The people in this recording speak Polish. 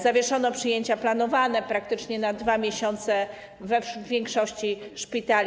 Zawieszono przyjęcia planowane, praktycznie na 2 miesiące, w większości szpitali.